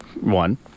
one